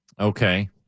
Okay